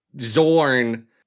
Zorn